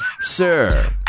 Sir